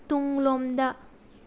ꯇꯨꯡꯂꯣꯝꯗ